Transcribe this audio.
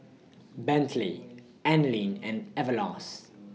Bentley Anlene and Everlast